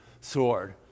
sword